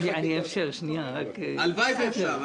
הלוואי ואפשר.